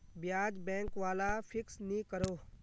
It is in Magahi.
ब्याज़ बैंक वाला फिक्स नि करोह